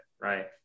right